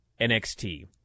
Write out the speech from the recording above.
NXT